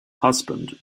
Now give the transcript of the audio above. husband